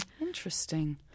Interesting